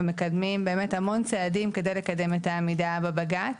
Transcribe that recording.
ומקדמים המון צעדים כדי לקדם את העמידה בבג"ץ.